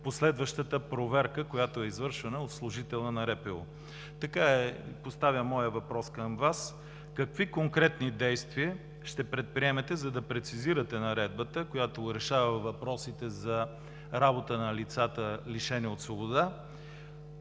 последващата проверка, която е извършена от служителя на РПУ. Моят въпрос към Вас: какви конкретни действия ще предприемете, за да прецизирате наредбата, която решава въпросите за работа на лицата, лишени от свобода;